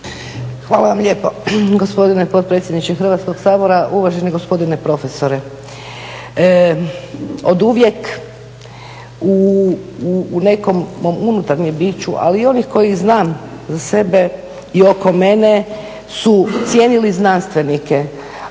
Hvala vam lijepo gospodine potpredsjedniče Hrvatskog sabora. Uvaženi gospodine profesore, oduvijek u nekom mom unutarnjem biću, ali i ovih koje znam za sebe i oko mene su cijenili znanstvenike,